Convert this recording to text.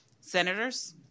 Senators